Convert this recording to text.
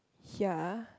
ya